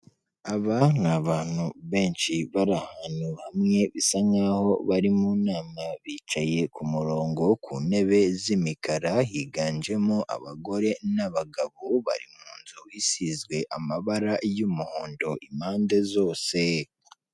Aba ni abantu benshi bari ahantu hamwe, bisa nkaho bari mu nama, bicaye ku murongo ku ntebe z'imikara, higanjemo abagore n'abagabo, bari mu nzu isizwe amabara y'umuhondo impande zose.